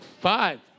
Five